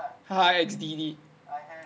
X_D_D